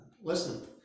Listen